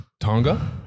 Tonga